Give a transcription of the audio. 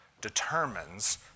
determines